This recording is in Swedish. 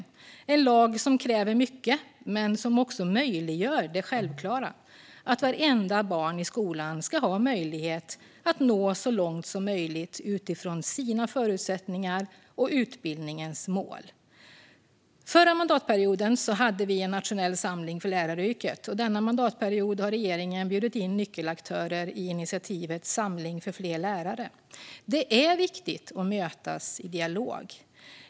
Det är en lag som kräver mycket men som också möjliggör det självklara, att vartenda barn i skolan ska ha möjlighet att nå så långt som möjligt utifrån sina förutsättningar och utbildningens mål. Förra mandatperioden hade vi en nationell samling för läraryrket, och denna mandatperiod har regeringen bjudit in nyckelaktörer i initiativet Samling för fler lärare. Det är viktigt att mötas i dialog.